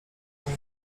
nimi